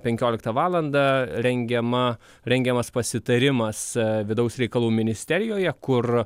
penkioliktą valandą rengiama rengiamas pasitarimas vidaus reikalų ministerijoje kur